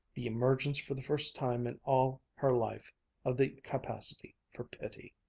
the emergence for the first time in all her life of the capacity for pity.